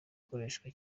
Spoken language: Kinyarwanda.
ukoreshwa